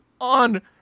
on